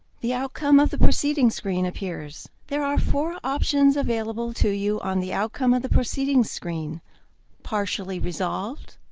the outcome of the proceeding screen appears. there are four options available to you on the outcome of the proceeding screen partially resolved,